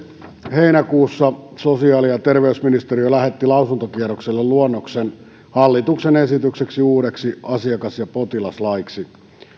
heinäkuussa sosiaali ja terveysministeriö lähetti lausuntokierrokselle luonnoksen hallituksen esitykseksi uudeksi asiakas ja potilaslaiksi